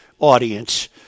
Audience